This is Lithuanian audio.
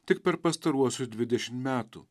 tik per pastaruosius dvidešim metų